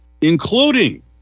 including